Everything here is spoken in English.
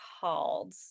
called